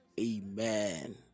Amen